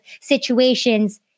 situations